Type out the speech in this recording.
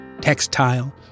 textile—